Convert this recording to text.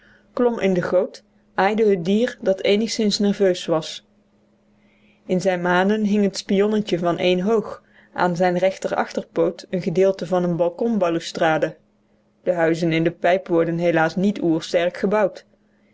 klom in de goot aaide het dier dat eenigszins nerveus was in zijn manen hing het spionnetje van éénhoog aan zijn rechter achterpoot een gedeelte van een balkon balustrade de huizen in de pijp worden helaas niet oer sterk gebouwd